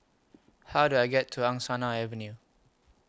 How Do I get to Angsana Avenue